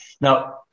Now